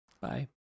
Bye